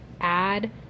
add